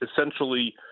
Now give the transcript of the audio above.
essentially